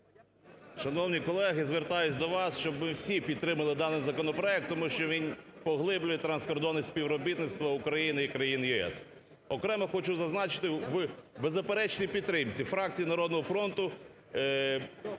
Шановні колеги, звертаюсь до вас, щоби всі підтримали даний законопроект, тому що він поглиблює транскордонне співробітництво України і країн ЄС. Окремо хочу зазначити в беззаперечній підтримці фракції "Народного фронту"